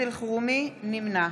נמנע